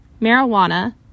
marijuana